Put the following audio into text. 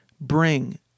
bring